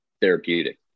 therapeutic